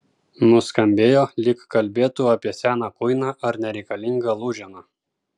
nuskambėjo lyg kalbėtų apie seną kuiną ar nereikalingą lūženą